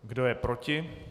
Kdo je proti?